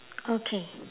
okay